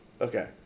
Okay